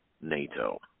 NATO